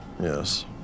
Yes